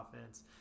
offense